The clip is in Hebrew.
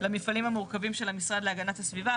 למפעלים המורכבים של המשרד להגנת הסביבה.